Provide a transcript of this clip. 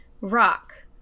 Rock